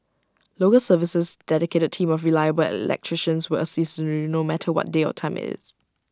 local service's dedicated team of reliable electricians will assist you no matter what day or time IT is